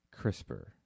CRISPR